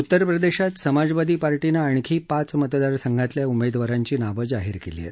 उत्तरप्रदेशात समाजवादी पार्टीनं आणखी पाच मतदारसंघांतल्या उमेदवारांची नावं जाहीर केली आहेत